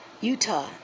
Utah